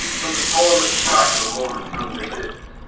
so the smallest part of a moment doesn't exist.